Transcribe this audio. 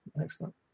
Excellent